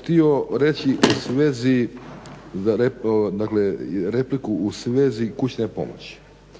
htio reći u svezi kućne pomoći.